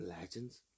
legends